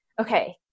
okay